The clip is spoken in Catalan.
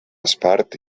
espart